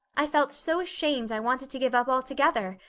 i felt so ashamed i wanted to give up altogether,